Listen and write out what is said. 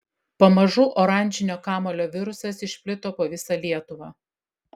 pamažu oranžinio kamuolio virusas išplito po visą lietuvą